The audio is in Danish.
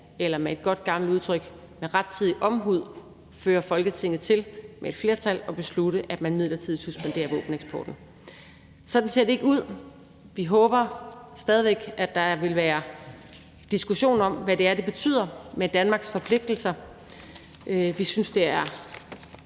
eller med et godt gammeldags udtryk, rettidig omhu – beslutter, at man midlertidigt suspenderer våbeneksporten. Sådan ser det ikke ud. Vi håber stadig væk, at der vil være diskussion om, hvad det betyder i forhold til Danmarks forpligtelser. Kl. 22:31 Vi synes, det er